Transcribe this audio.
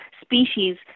species